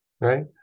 right